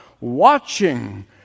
watching